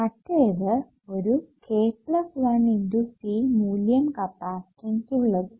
മറ്റേത് ഒരു k1×C മൂല്യം കപ്പാസിറ്റൻസ് ഉള്ളതും